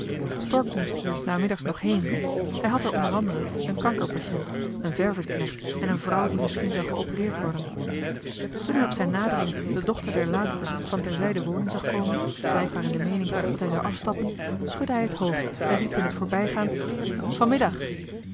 stork moest hier's namiddags nog heen hij had er o a een kankerpatient een verversknecht en een vrouw die misschien zou geopereerd worden toen hij op zijn nadering de dochter der laatste van terzij de woning zag komen blijkbaar in de meening dat hij zou afstappen schudde hij het hoofd en riep in het voorbijgaan